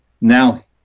Now